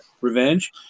revenge